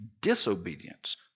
disobedience